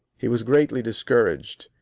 he was greatly discouraged.